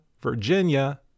Virginia